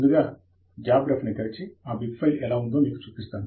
ముందుగా jabRef ని తెరచి ఆ బిబ్ ఫైల్ ఎలా ఉంటుందో మీకు చూపిస్తాను